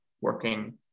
working